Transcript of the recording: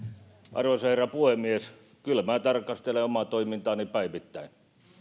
arvoisa herra puhemies kyllä minä tarkastelen omaa toimintaani päivittäin